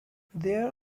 there